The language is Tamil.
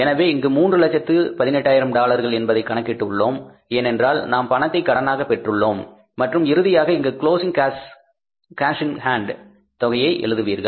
எனவே இங்கு மூன்று லட்சத்து 18 ஆயிரம் டாலர்கள் என்பதை கணக்கிட்டு உள்ளோம் ஏனென்றால் நாம் பணத்தை கடனாக பெற்றுள்ளோம் மற்றும் இறுதியாக இங்கு க்ளோஸிங் கேஷ் இன் ஹேண்ட் தொகையை எழுதுவீர்கள்